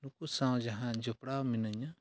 ᱱᱩᱠᱩ ᱥᱟᱶ ᱡᱟᱦᱟᱸ ᱡᱚᱯᱲᱟᱣ ᱢᱤᱱᱟᱹᱧᱟ